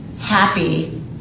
happy